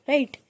Right